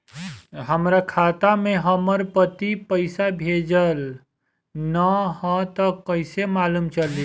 हमरा खाता में हमर पति पइसा भेजल न ह त कइसे मालूम चलि?